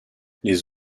les